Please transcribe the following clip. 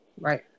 right